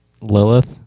Lilith